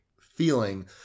feeling